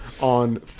on